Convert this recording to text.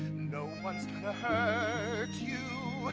no one's gonna hurt you,